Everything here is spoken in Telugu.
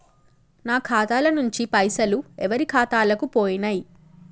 నా ఖాతా ల నుంచి పైసలు ఎవరు ఖాతాలకు పోయినయ్?